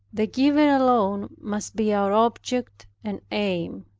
the giver alone must be our object, and aim.